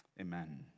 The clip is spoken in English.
Amen